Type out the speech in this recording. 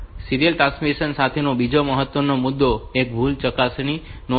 serial transmission સાથેનો બીજો મહત્વનો મુદ્દો એ ભૂલ ચકાસણી નો છે